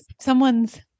someone's